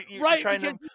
Right